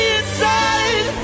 inside